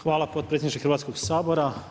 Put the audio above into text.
Hvala potpredsjedniče Hrvatskoga sabora.